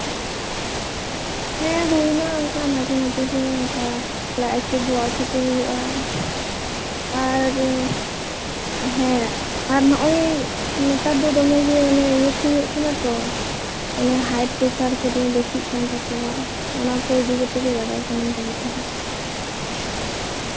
ᱦᱮᱸ ᱦᱩᱭ ᱱᱟ ᱢᱟᱡᱷᱮ ᱢᱟᱡᱷᱮᱜᱮ ᱞᱟᱡ ᱦᱟᱹᱥᱩ ᱵᱚᱦᱚᱜ ᱦᱟᱹᱥᱩ ᱠᱚ ᱦᱩᱭᱩᱜᱼᱟ ᱟᱨ ᱦᱮᱸ ᱱᱚᱜ ᱚᱭ ᱱᱮᱛᱟᱨ ᱫᱚ ᱫᱚᱢᱮᱜᱮ ᱤᱭᱟᱹ ᱠᱚ ᱦᱩᱭᱩᱜ ᱠᱟᱱᱟ ᱛᱚ ᱦᱟᱭ ᱯᱨᱮᱥᱟᱨ ᱠᱚ ᱫᱚᱢᱮ ᱵᱮᱥᱤᱜ ᱠᱟᱱ ᱛᱟᱠᱚᱣᱟ ᱚᱱᱟ ᱠᱚ ᱤᱫᱤ ᱠᱟᱛᱮᱜ ᱜᱮ ᱵᱟᱲᱟᱭ ᱥᱟᱱᱟᱧ ᱛᱟᱦᱮᱸᱜᱼᱟ